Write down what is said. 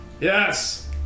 Yes